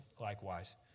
likewise